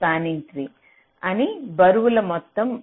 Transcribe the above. spanning tree అన్ని బరువులు మొత్తం